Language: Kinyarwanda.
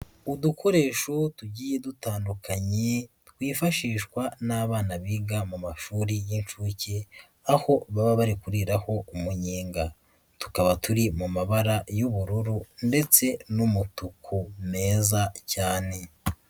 Udukoresho tugiye dutandukanye twifashishwa n'abana biga mu mashuri y'inshuke aho baba bari kuriraho umunyenga, tukaba turi mu mabara y'ubururu ndetse n'umutuku meza cyane.